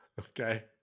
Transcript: Okay